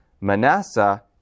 Manasseh